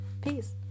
Peace